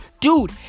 Dude